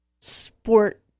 sport